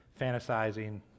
fantasizing